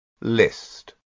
List